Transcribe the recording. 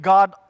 God